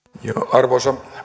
arvoisa